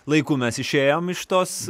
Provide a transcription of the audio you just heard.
laiku mes išėjom iš tos